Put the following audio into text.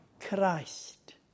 Christ